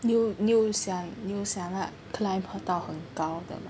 你有你有想你有想 lah climb 到很高的